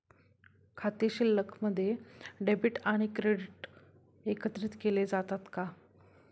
खाते शिल्लकमध्ये डेबिट आणि क्रेडिट एकत्रित केले जातात का?